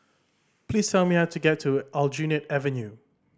please tell me how to get to Aljunied Avenue